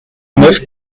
neuf